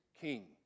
king